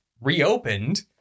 reopened